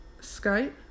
Skype